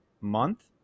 month